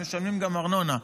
והם משלמים גם ארנונה.